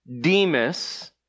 Demas